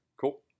cool